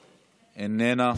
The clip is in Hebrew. איננה.